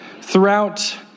Throughout